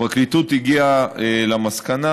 הפרקליטות הגיעה למסקנה,